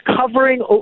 covering